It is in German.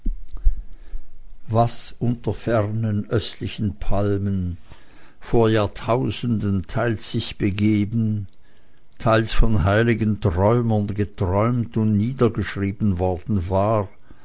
was unter fernen östlichen palmen vor jahrtausenden teils sich begeben teils von heiligen träumern geträumt und niedergeschrieben worden war